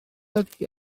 ydy